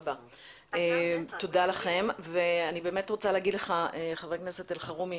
אני רוצה לומר לך, חבר הכנסת אלחרומי